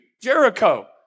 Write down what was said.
Jericho